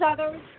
others